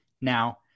Now